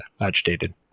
agitated